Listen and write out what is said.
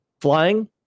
flying